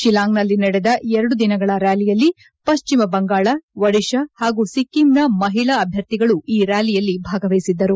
ಶಿಲಾಂಗ್ನಲ್ಲಿ ನಡೆದ ಎರಡು ದಿನಗಳ ರ್ಕಾಲಿಯಲ್ಲಿ ಪಶ್ಚಿಮ ಬಂಗಾಳ ಒಡಿಶಾ ಪಾಗೂ ಸಿಕ್ಕಿಂನ ಮಹಿಳಾ ಅಭ್ಯರ್ಥಿಗಳು ಈ ರ್ಕಾಲಿಯಲ್ಲಿ ಭಾಗವಹಿಸಿದ್ದರು